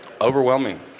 Overwhelming